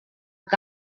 que